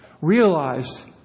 Realize